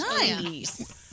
Nice